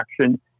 action